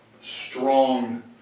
strong